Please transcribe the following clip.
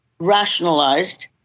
Rationalized